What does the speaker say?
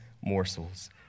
morsels